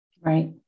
Right